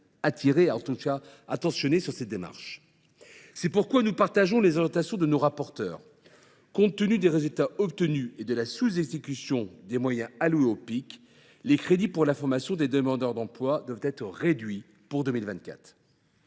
très vigilants sur ce point. C’est pourquoi nous partageons les orientations de nos rapporteurs. Compte tenu des résultats observés et de la sous exécution des moyens alloués au PIC, les crédits pour la formation des demandeurs d’emploi doivent diminuer en 2024.